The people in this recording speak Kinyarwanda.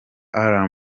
alarm